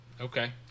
okay